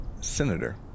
senator